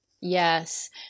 Yes